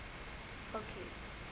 okay